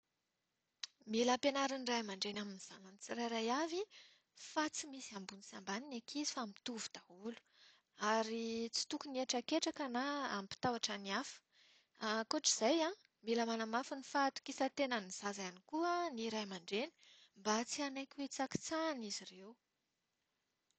Mila ampianarin'ny ray aman-dreny amin'ny zanany tsirairay avy fa tsy misy ambony sy ambany ny ankizy fa mitovy daholo. Ary tsy tokony hietraketraka na hampitahotra ny hafa. Ankoatr'izay, mila manamafy ny fahatokisan-tenan'ny zaza ihany koa ny ray aman-dreny mba tsy hanaiky hohitsakitsahina izy ireo.